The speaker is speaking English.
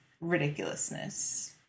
ridiculousness